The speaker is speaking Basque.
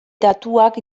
datuak